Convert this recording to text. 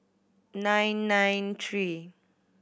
nine nine three